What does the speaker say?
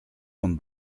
con